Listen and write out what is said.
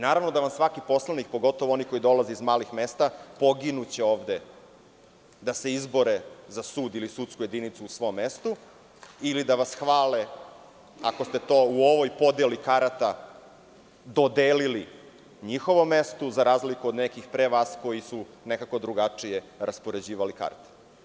Naravno, da vam svaki poslanik, pogotovo oni koji dolaze iz malih mesta poginuće ovde da se izbore za sud ili sudsku jedinicu u svom mestu, ili da vas hvale ako ste to u ovoj podeli karata dodelili njihovom mestu, za razliku od nekih pre vas koji su nekako drugačije raspoređivali karte.